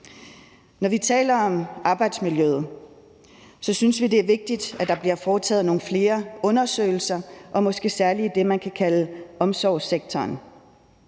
Når vi taler om arbejdsmiljøet, synes vi også, det er vigtigt, at der bliver foretaget nogle flere undersøgelser og måske særlig i det, man kan kalde omsorgssektoren.